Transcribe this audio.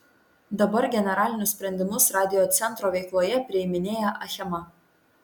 dabar generalinius sprendimus radiocentro veikloje priiminėja achema